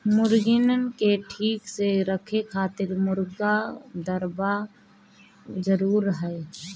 मुर्गीन के ठीक से रखे खातिर मुर्गी दरबा जरूरी हअ